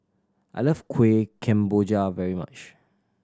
I love Kueh Kemboja very much